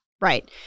Right